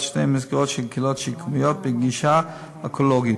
שתי מסגרות של קהילות שיקומיות בגישה אקולוגית.